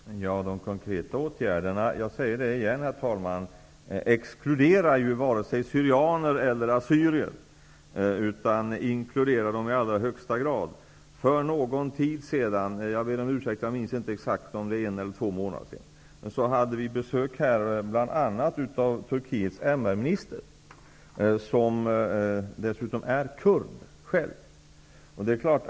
Herr talman! De konkreta åtgärderna -- det säger jag igen, herr talman -- exkluderar varken syrianer eller assyrier utan inkluderar dem i allra högsta grad. För någon tid sedan -- jag ber om ursäkt att jag inte minns exakt om det var en eller två månader sedan -- hade vi besök av bl.a. Turkiets MR minister, som dessutom själv är kurd.